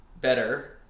better